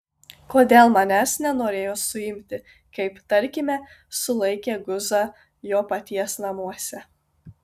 kodėl manęs nenorėjo suimti kaip tarkime sulaikė guzą jo paties namuose